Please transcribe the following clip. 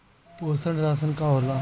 पोषण राशन का होला?